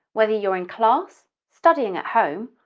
whether you're in class, studying at home,